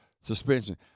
suspension